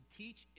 teach